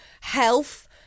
health –